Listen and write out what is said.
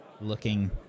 looking